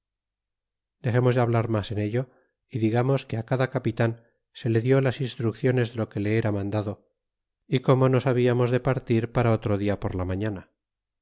dexemos de hablar mas en ello y digamos que cada capitan se le dió las instrucciones de lo que les era mandado y como nos habiamos de partir para otro dia por la mañana